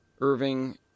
Irving